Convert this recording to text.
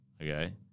Okay